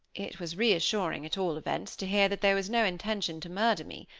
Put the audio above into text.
it was reassuring, at all events, to hear that there was no intention to murder me.